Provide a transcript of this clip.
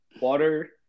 water